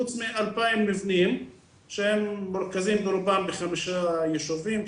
חוץ מ-2,000 מבנים שהם מרוכזים ברובם בחמישה יישובים,